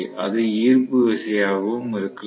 அது ஈர்ப்பு விசையாகவும் இருக்கலாம்